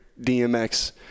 DMX